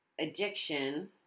addiction